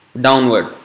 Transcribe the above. Downward